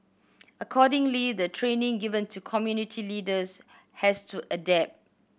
accordingly the training given to community leaders has to adapt